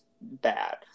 bad